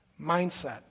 mindset